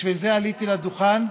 בשביל זה עליתי לדוכן,